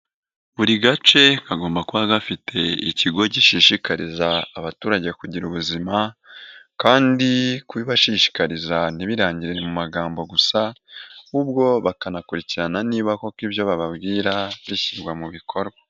Buri gace kagomba kuba gafite ikigo gishishikariza abaturage kugira ubuzima kandi kubibashishikariza ntibirangirire mu magambo gusa, ahubwo bakanakurikirana niba koko ibyo bababwira bishyirwa mu bikorwa.